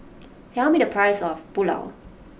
tell me the price of Pulao